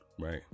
right